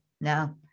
no